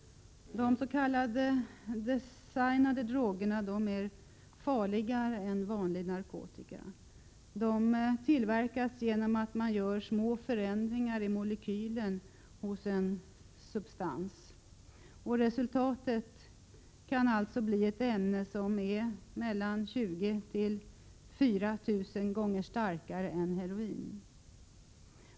Dessa s.k. designade droger är farligare än vanlig narkotika. De tillverkas genom att man gör små förändringar i molekylen hos en kontrollerad substans. Resultatet kan bli ett ämne som är mellan 20 och 4 000 gånger starkare än heroin.